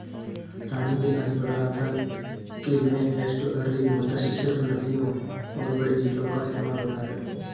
राजू मैं आज पढ़ रहा था कि में एस्टुअरीन मत्स्य सिर्फ नदियों और बड़े झीलों का इस्तेमाल होता है